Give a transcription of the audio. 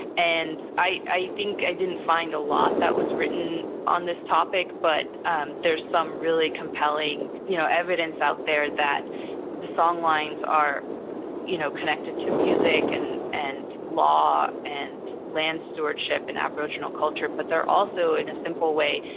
and i think i didn't find a lot that was written on this topic, but um there's some really compelling you know evidence out there that the song lines are you know connected to music and and law and land stewardship in aboriginal culture. but they're also, in a simple way,